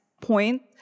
point